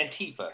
Antifa